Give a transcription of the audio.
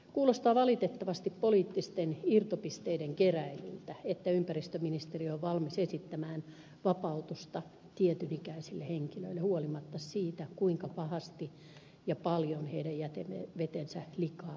kuulostaa valitettavasti poliittisten irtopisteiden keräilyltä että ympäristöministeriö on valmis esittämään vapautusta tietyn ikäisille henkilöille huolimatta siitä kuinka pahasti ja paljon heidän jätevetensä likaavat vesistöjä